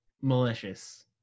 malicious